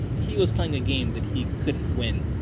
he was playing a game that he couldn't win.